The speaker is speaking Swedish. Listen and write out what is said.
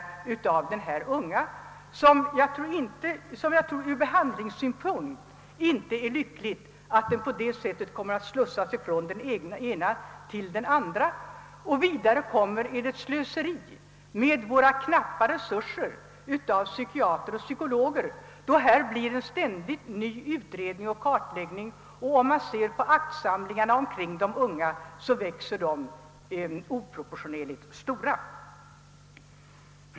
Ur behandlingssynpunkt tror jag inte det är lyckligt att de unga slussas från den ena till den andra. Dessutom är dessa ständigt nya utredningar och kartläggningar ett slöseri med våra knappa resurser på psykiater och psykologer.